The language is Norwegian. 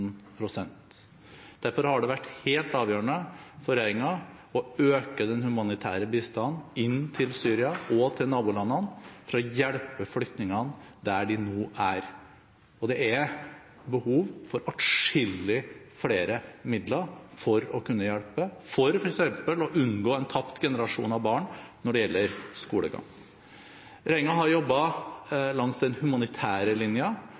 Derfor har det vært helt avgjørende for regjeringen å øke den humanitære bistanden inn til Syria og til nabolandene for å hjelpe flyktningene der de nå er. Og det er behov for adskillig flere midler for å kunne hjelpe, for f.eks. å unngå en tapt generasjon av barn når det gjelder skolegang. Regjeringen har jobbet langs den humanitære